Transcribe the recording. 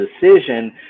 decision